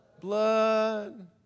blood